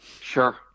Sure